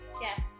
yes